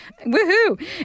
Woohoo